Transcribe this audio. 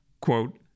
quote